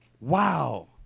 Wow